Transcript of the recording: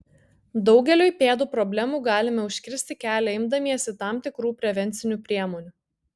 daugeliui pėdų problemų galime užkirsti kelią imdamiesi tam tikrų prevencinių priemonių